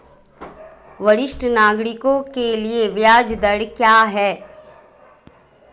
वरिष्ठ नागरिकों के लिए ब्याज दर क्या हैं?